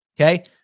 Okay